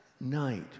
night